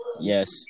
Yes